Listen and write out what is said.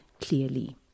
clearly